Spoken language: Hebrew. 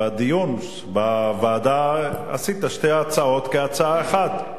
בדיון בוועדה עשית שתי הצעות כהצעה אחת.